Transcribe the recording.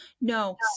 no